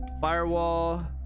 firewall